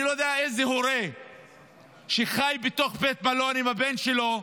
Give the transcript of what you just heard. אני לא יודע איזה הורה שחי בתוך בית מלון עם הבן שלו,